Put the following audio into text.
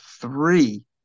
three